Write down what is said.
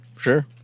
sure